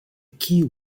key